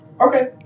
Okay